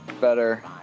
better